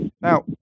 Now